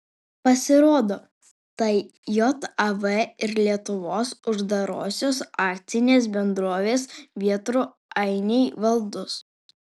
pasirodo tai jav ir lietuvos uždarosios akcinės bendrovės vėtrų ainiai valdos